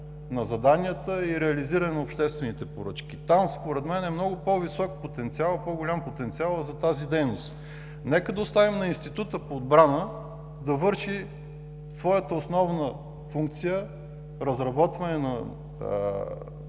на заданията и реализиране на обществените поръчки. Там, според мен е много по-висок потенциалът за тази дейност. Нека да оставим на Института по отбрана да върши своята основна функция – разработване на